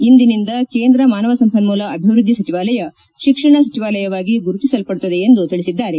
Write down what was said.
ಇಂದಿನಿಂದ ಕೇಂದ್ರ ಮಾನವ ಸಂಪನ್ಮೂಲ ಅಭಿವೃದ್ಧಿ ಸಚಿವಾಲಯ ಶಿಕ್ಷಣ ಸಚಿವಾಲಯವಾಗಿ ಗುರುತಿಸಲ್ಲಡುತ್ತದೆ ಎಂದು ತಿಳಿಸಿದ್ದಾರೆ